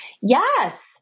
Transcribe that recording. Yes